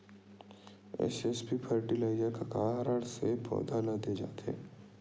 SSP fertiliser का कारण से पौधा ल दे जाथे?